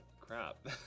crap